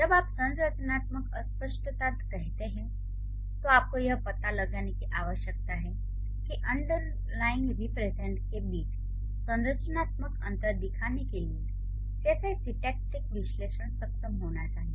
जब आप संरचनात्मक अस्पष्टता कहते हैं तो आपको यह पता लगाने की आवश्यकता है कि अन्डर्लाइंग रीप्रेज़न्टैशन के बीच संरचनात्मक अंतर दिखाने के लिए कैसे सिंटैक्टिक विश्लेषण सक्षम होना चाहिए